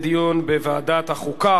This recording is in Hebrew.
לדיון מוקדם בוועדת החוקה,